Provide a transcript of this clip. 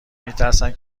میترسند